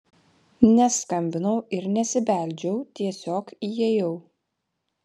neskambinau ir nesibeldžiau tiesiog įėjau